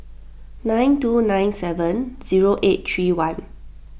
nine two nine seven zero eight three one